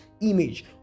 image